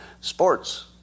Sports